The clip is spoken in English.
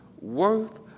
worth